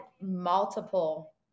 multiple